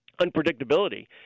unpredictability